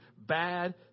bad